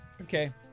Okay